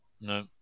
No